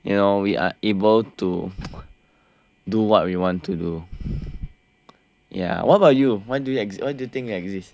you know we are able to do what we want to do ya what about you why do you think you exist